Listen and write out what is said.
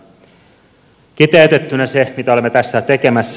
kiteytettynä se mitä olemme tässä tekemässä